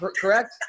correct